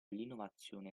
l’innovazione